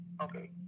Okay